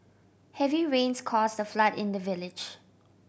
heavy rains caused the flood in the village